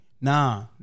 Nah